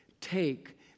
take